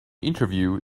interview